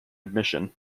admission